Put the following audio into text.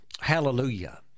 hallelujah